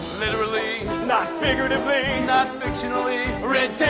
literally. not figuratively. not fictionally.